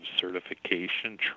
certification